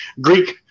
Greek